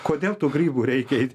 kodėl tų grybų reikia eit